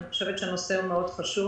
אני חושבת שהנושא מאוד חשוב.